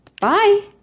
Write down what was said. Bye